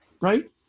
right